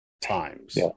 times